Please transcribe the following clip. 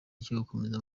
gikomeye